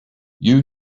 you